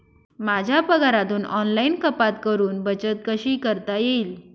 माझ्या पगारातून ऑनलाइन कपात करुन बचत कशी करता येईल?